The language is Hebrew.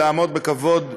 לעמוד בכבוד מולם.